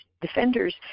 defenders